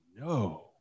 no